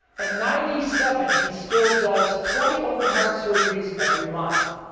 at ninety seven he still does twenty open-heart surgeries every month.